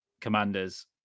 Commanders